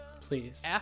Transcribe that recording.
please